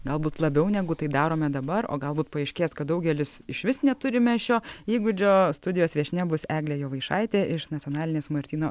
galbūt labiau negu tai darome dabar o galbūt paaiškės kad daugelis išvis neturime šio įgūdžio studijos viešnia bus eglė jovaišaitė iš nacionalinės martyno